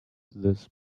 this